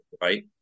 Right